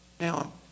Now